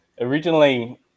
originally